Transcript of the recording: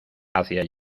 hacia